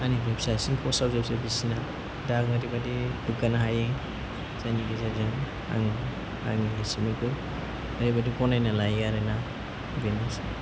आंनिख्रुइ फिसासिन पस्तावजोबसो बिसोरना दा आङो ओरैबादि दुग्गानो हायो जायनि गेजेरजों आं आंनि एचिभमेन्तखौ ओरैबादि गनायना लायो आरोना बेनोसै